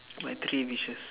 my three wishes